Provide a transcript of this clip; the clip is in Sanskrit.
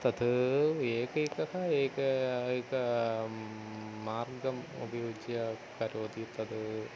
तत् एकैकः एकं एकं मार्गम् उपयुज्य करोति तत्